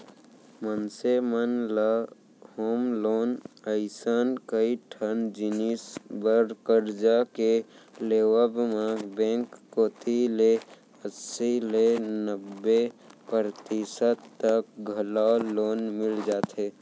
मनसे मन ल होम लोन असन कइ ठन जिनिस बर करजा के लेवब म बेंक कोती ले अस्सी ले नब्बे परतिसत तक घलौ लोन मिल जाथे